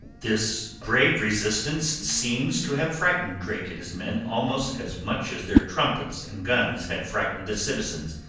this brave resistance seems to have frightened drake and his men almost as much as their trumpets and guns had frightened the citizens,